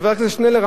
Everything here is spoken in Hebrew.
חבר הכנסת שנלר,